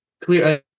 clear